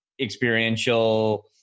experiential